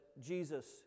Jesus